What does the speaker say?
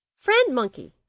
friend monkey,